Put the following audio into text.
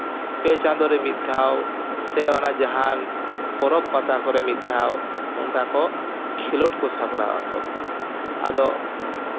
ᱯᱮ ᱪᱟᱸᱫᱳ ᱨᱮ ᱢᱤᱫ ᱫᱷᱟᱣ ᱥᱮ ᱚᱱᱟ ᱡᱟᱦᱟᱱ ᱯᱚᱨᱚᱵᱽ ᱯᱟᱛᱟ ᱠᱚᱨᱮ ᱢᱤᱫ ᱫᱷᱟᱣ ᱚᱱᱠᱟ ᱠᱚ ᱠᱷᱮᱞᱳᱰ ᱠᱚ ᱥᱟᱯᱲᱟᱣ ᱟᱠᱚ ᱟᱫᱚ